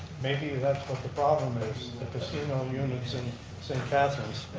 maybe that's what the problem is. the casino units in st. catharine's.